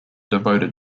devoted